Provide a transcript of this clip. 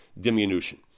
Diminution